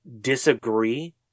disagree